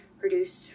produced